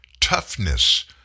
toughness